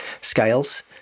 scales